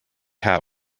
hat